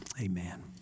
Amen